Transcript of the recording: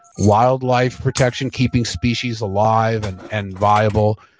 wildlife protection, keeping species alive and and viable,